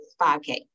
5K